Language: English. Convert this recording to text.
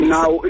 Now